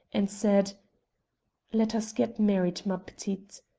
and said let us get married, ma p'tite.